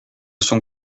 son